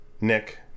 Nick